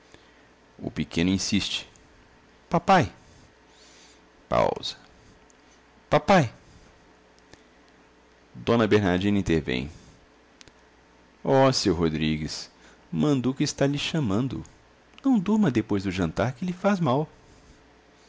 o pequeno insiste papai pausa papai dona bernardina intervém óseu rodrigues manduca está lhe chamando não durma depois do jantar que lhe faz mal